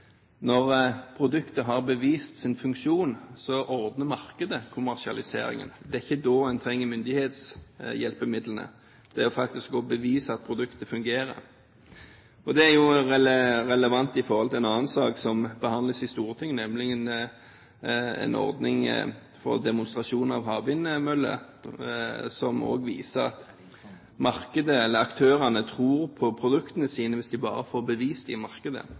ikke da en trenger hjelpemidlene fra myndighetene, men for å bevise at produktet fungerer. Det er jo relevant i forhold til en annen sak som behandles i Stortinget, nemlig en ordning for demonstrasjon av havvindmøller, som også viser at aktørene tror på produktene sine hvis de bare får bevist det i markedet.